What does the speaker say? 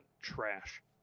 trash